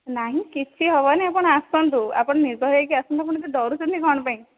ନାଇଁ କିଛି ହେବନି ଆପଣ ଆସନ୍ତୁ ଆପଣ ନିର୍ଭୟ ହୋଇକି ଆସନ୍ତୁ ଆପଣ ଏତେ ଡରୁଛନ୍ତି କ'ଣ ପାଇଁ